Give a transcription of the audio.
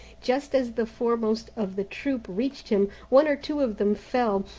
just as the foremost of the troop reached him, one or two of them fell,